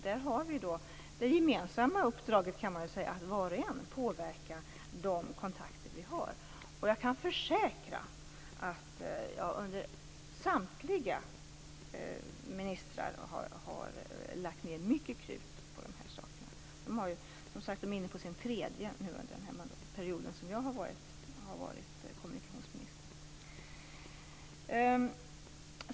Där har vi ju det gemensamma uppdraget att var och en påverkar de kontakter vi har. Jag kan försäkra att jag har lagt ned mycket krut på de här sakerna i mina kontakter med samtliga ministrar. De är nu inne på sin tredje minister under den period som jag har varit kommunikationsminister.